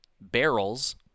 barrels